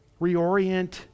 Reorient